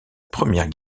première